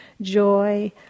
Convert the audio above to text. joy